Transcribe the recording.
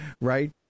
right